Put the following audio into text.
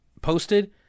posted